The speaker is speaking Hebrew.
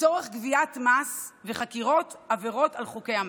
לצורך גביית מס וחקירת עבירות על חוקי המס.